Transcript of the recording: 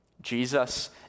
Jesus